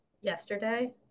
yesterday